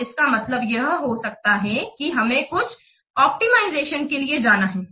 तो इसका मतलब यह हो सकता है कि हमें कुछ ऑप्टिमाइजेशन के लिए जाना है